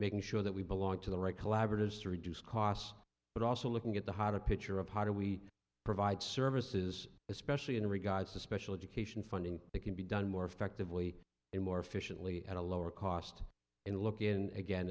making sure that we belong to the right collaborators to reduce costs but also looking at the heart of picture of how do we provide services especially in regards to special education funding that can be done more effectively and more efficiently at a lower cost and look in again